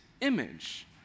image